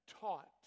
taught